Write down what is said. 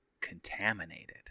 contaminated